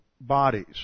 bodies